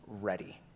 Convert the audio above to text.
ready